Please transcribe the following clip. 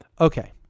Okay